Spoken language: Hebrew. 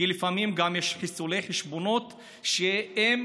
כי לפעמים גם יש חיסולי חשבונות שהם